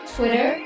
Twitter